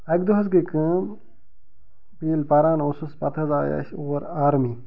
اَکہِ دۄہ حظ گٔے کٲم بہٕ ییٚلہِ پران اوسُس پتہٕ حظ آیہِ اَسہِ اور آرمی